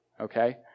okay